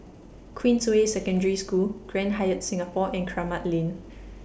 Queensway Secondary School Grand Hyatt Singapore and Kramat Lane